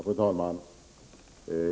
Fru talman!